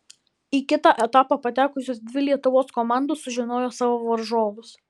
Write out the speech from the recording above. į kitą etapą patekusios dvi lietuvos komandos sužinojo savo varžovus